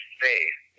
face